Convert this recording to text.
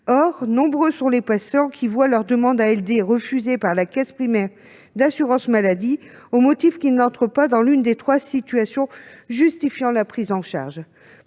Or nombreux sont les patients qui voient leur demande d'ALD refusée par la caisse primaire d'assurance maladie, au motif qu'ils n'entrent pas dans l'une des trois situations justifiant la prise en charge.